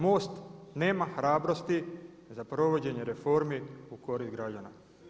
MOST nema hrabrosti za provođenje reformi u korist građana.